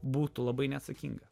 būtų labai neatsakinga